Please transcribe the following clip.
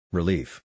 Relief